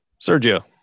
Sergio